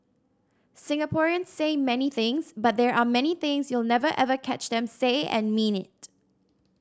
Singaporeans say many things but there are many things you'll never ever catch them say and mean it